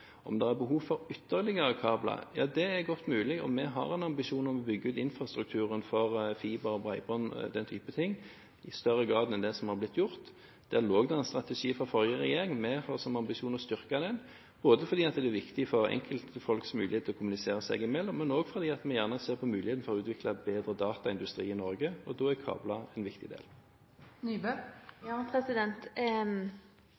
er behov for ytterligere kabler, er godt mulig, og vi har en ambisjon om å bygge ut infrastrukturen for fiber, bredbånd og den typen ting i større grad enn det som har blitt gjort. Der lå det en strategi fra den forrige regjeringen, og vi har som ambisjon å styrke den, både fordi det er viktig for enkeltpersoners mulighet til å kommunisere seg imellom og fordi vi gjerne ser på muligheten for å utvikle bedre dataindustri i Norge. Da er kabler en viktig del.